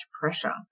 pressure